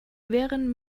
wären